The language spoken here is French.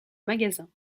magasin